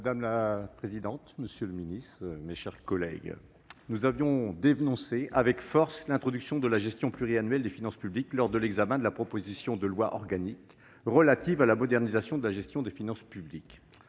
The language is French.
Madame la présidente, monsieur le secrétaire d'État, mes chers collègues, nous avions dénoncé avec force l'introduction d'une gestion pluriannuelle des finances publiques lors de l'examen en première lecture de la proposition de loi organique relative à la modernisation de la gestion des finances publiques.